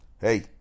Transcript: hey